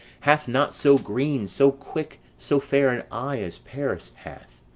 hath not so green, so quick, so fair an eye as paris hath.